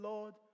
Lord